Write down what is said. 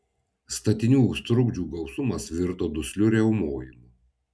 statinių trukdžių gausmas virto dusliu riaumojimu